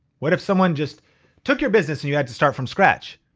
what if someone just took your business and you had to start from scratch?